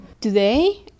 Today